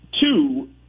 two